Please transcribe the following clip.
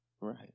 right